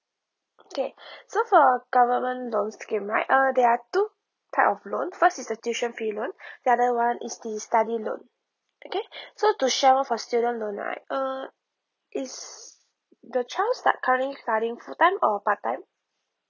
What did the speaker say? okay so our government loan scheme right uh there are two type of loan first is the tuition fee loan the other one is the study loan okay so to share more for student loan right uh is the child start currently studying full time or part time